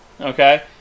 okay